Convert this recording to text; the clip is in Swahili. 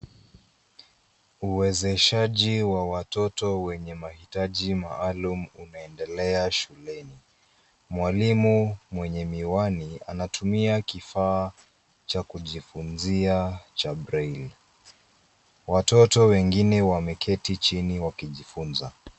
Uwezeshaji wa watoto wenye mahitaji maalum unaendelea shuleni. Mwalimu mwenye miwani anatumia kifaa cha kujifunzia cha braille . Watoto wengine wameketi chini wakijifunza.